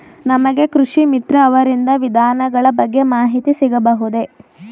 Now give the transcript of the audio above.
ನಮಗೆ ಕೃಷಿ ಮಿತ್ರ ಅವರಿಂದ ವಿಧಾನಗಳ ಬಗ್ಗೆ ಮಾಹಿತಿ ಸಿಗಬಹುದೇ?